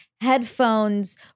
headphones